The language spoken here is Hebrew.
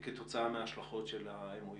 כתוצאה מהשלכות ה-MOU.